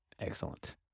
Excellent